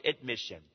admission